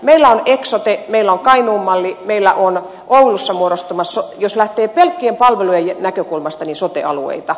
meillä on eksote meillä on kainuun malli meillä on oulussa muodostumassa jos lähtee pelkkien palvelujen näkökulmasta sote alueita